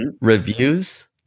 Reviews